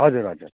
हजुर हजुर